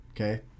Okay